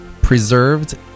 preserved